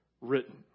written